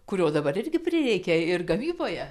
kurio dabar irgi prireikia ir gamyboje